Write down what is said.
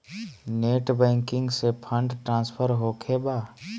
Net banking से fund transfer होखें बा?